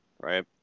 right